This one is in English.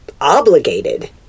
obligated